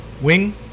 Wing